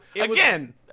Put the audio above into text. again